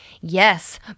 Yes